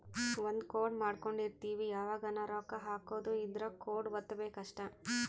ಒಂದ ಕೋಡ್ ಮಾಡ್ಕೊಂಡಿರ್ತಿವಿ ಯಾವಗನ ರೊಕ್ಕ ಹಕೊದ್ ಇದ್ರ ಕೋಡ್ ವತ್ತಬೆಕ್ ಅಷ್ಟ